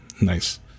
Nice